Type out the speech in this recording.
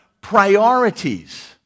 priorities